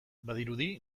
badirudi